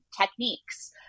techniques